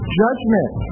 judgment